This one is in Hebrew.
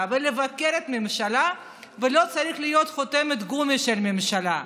ולבקר את הממשלה ולא צריכה להיות חותמת גומי של הממשלה.